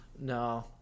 no